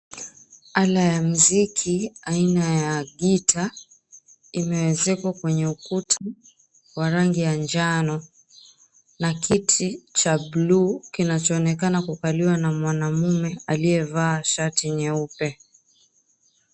Ala ya mziki aina ya gitaa imeezekwa kwenye ukuta wa rangi ya njano na kiti cha buluu kinachoonekana kukaliwa na mwanaume aliyevaa shari nyeupe.